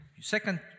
second